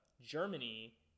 Germany